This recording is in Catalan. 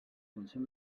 consum